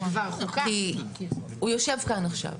כי הוא יושב כאן עכשיו,